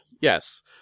yes